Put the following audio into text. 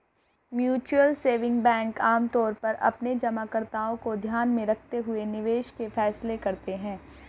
mutual saving bank आमतौर पर अपने जमाकर्ताओं को ध्यान में रखते हुए निवेश के फैसले करते हैं